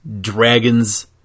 dragons